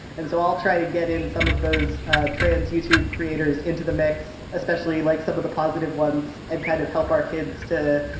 and so i'll try to get in some of those ah trans youtube creators into the mix, especially like some of the positive ones, and kind of help our kids to,